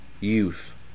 youth